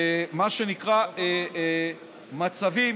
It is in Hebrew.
מה שנקרא, מצבים